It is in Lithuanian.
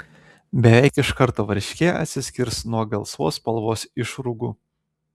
beveik iš karto varškė atsiskirs nuo gelsvos spalvos išrūgų